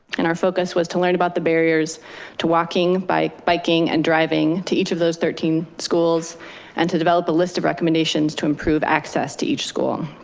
and our focus was to learn about the barriers to walking by biking and driving to each of those thirteen schools and to develop a list of recommendations to improve access to each school.